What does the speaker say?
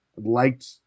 liked